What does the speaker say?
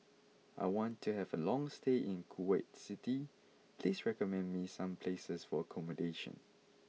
I want to have a long stay in Kuwait City please recommend me some places for accommodation